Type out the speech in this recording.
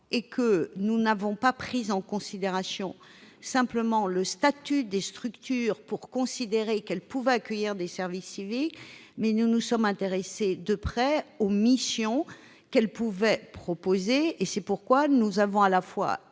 emploi. Nous n'avons pas pris en considération simplement le statut des structures pour considérer qu'elles pouvaient accueillir des volontaires en service civique, mais nous nous sommes intéressés de près aux missions qu'elles pouvaient proposer, et c'est pourquoi nous avons élargi